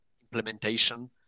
implementation